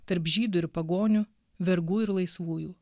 tarp žydų ir pagonių vergų ir laisvųjų